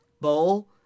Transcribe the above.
bowl